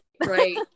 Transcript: Right